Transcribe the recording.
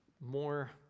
more